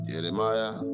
Jeremiah